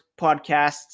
podcasts